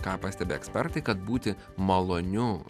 ką pastebi ekspertai kad būti maloniu